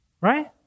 Right